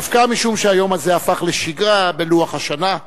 דווקא משום שהיום הזה הפך לשגרה בלוח השנה,